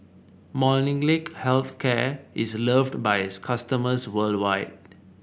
Molnylcke Health Care is loved by its customers worldwide